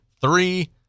three